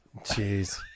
Jeez